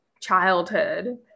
childhood